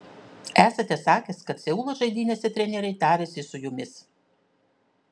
esate sakęs kad seulo žaidynėse treneriai tarėsi su jumis